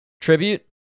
Tribute